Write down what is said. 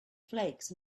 flakes